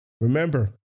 Remember